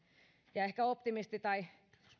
ja ehkä optimisti tai